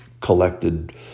collected